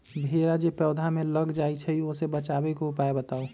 भेरा जे पौधा में लग जाइछई ओ से बचाबे के उपाय बताऊँ?